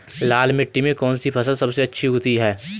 लाल मिट्टी में कौन सी फसल सबसे अच्छी उगती है?